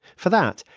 for that,